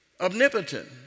omnipotent